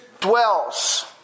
dwells